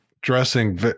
dressing